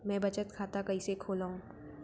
मै बचत खाता कईसे खोलव?